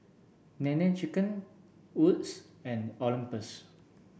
Nene Chicken Wood's and Olympus